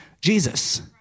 Jesus